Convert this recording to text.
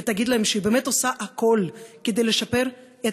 ולהגיד להם שהיא באמת עושה הכול כדי לשפר את